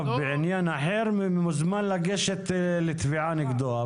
בעניין אחר מוזמן לגשת לתביעה נגדו,